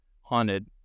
haunted